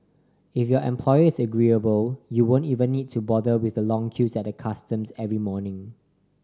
if your employer is agreeable you won't even need to bother with the long queues at the customs every morning